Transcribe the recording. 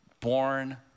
born